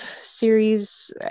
series